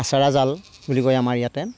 আচাৰা জাল বুলি কয় আমাৰ ইয়াতে